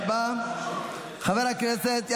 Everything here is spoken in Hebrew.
חורבן,